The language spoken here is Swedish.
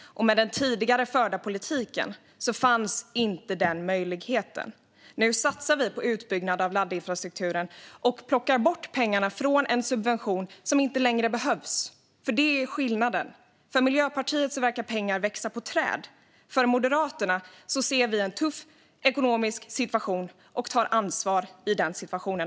Med den tidigare förda politiken fanns inte den möjligheten. Nu satsar vi på utbyggnad av laddinfrastrukturen och plockar bort pengarna från en subvention som inte längre behövs. För Miljöpartiet verkar pengar växa på träd - det är skillnaden. Moderaterna ser en tuff ekonomisk situation, och vi tar också ansvar i den situationen.